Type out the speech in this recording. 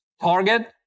Target